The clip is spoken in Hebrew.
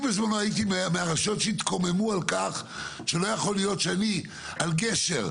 אני בזמנו הייתי מהרשויות שהתקוממו על כך שלא יכול להיות שאני על גשר,